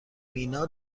مینا